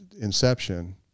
inception